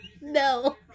No